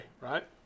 right